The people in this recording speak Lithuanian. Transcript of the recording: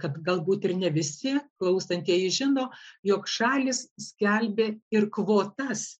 kad galbūt ir ne visi klausantieji žino jog šalys skelbė ir kvotas